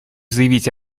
заявить